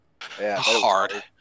Hard